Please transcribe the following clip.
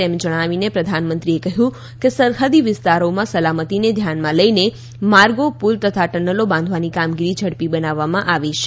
એમ જણાવીને પ્રધાનમંત્રીએ કહ્યું કે સરહદી વિસ્તારોમાં સલામતીને ધ્યાનમાં લઈને માર્ગો પુલ તથા ટર્નલો બાંધવાની કામગીરી ઝડપી બનાવવામાં આવી છે